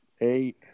eight